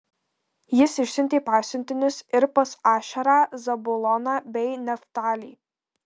jis išsiuntė pasiuntinius ir pas ašerą zabuloną bei neftalį